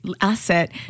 asset